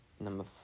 number